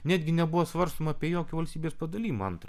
netgi nebuvo svarstoma apie jokį valstybės padalijimą antrąjį